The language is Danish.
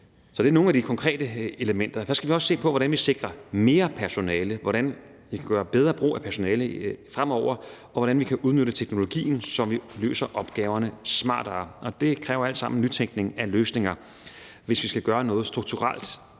Så det er nogle af de konkrete elementer. Så skal vi også se på, hvordan vi sikrer mere personale, hvordan vi kan gøre bedre brug af personalet fremover, og hvordan vi kan udnytte teknologien, så vi løser opgaverne smartere. Og det kræver alt sammen nytænkning af løsninger, hvis vi skal gøre noget strukturelt